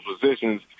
positions